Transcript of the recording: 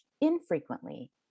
infrequently